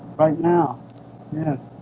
right now yes